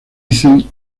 dicen